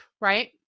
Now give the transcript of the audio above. right